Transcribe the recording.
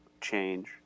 change